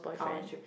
oh actually